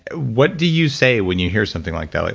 what do you say when you hear something like that? like